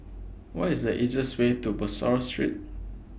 What IS The easiest Way to Bussorah Street